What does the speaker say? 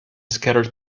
scattered